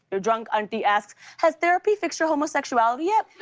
your drunk auntie asks, has therapy fixed your homosexuality yet?